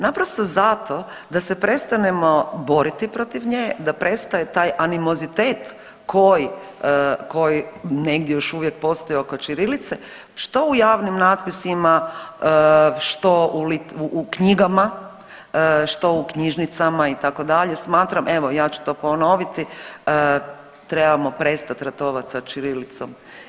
Naprosto zato da se prestanemo boriti protiv nje, da prestaje taj animozitet koji, koji negdje još uvijek postoji oko ćirilice što u javnim natpisima, što u knjigama, što u knjižnicama itd. smatram evo ja ću to ponoviti trebamo prestat ratovat sa ćirilicom.